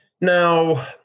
Now